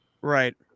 Right